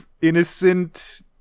innocent